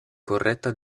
corretta